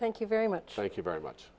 thank you very much thank you very much